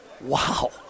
wow